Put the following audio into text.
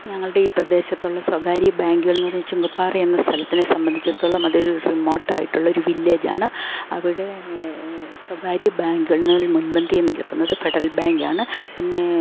ഞങ്ങളുടെ ഈ പ്രദേശത്തുള്ള സ്വകാര്യ ബാങ്കുകളെന്ന് പറഞ്ഞാൽ ചുങ്കപ്പാറ എന്ന സ്ഥലത്തിനെ സംബന്ധിച്ചിടത്തോളം അതൊരു റിമോട്ടായിട്ടുള്ളൊരു വില്ലേജാണ് അവിടെ സ്വകാര്യ ബാങ്കുകളിൽ മുൻപന്തിയിൽ നിൽക്കുന്നത് ഫെഡറൽ ബാങ്കാണ് പിന്നെ